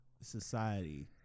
society